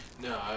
No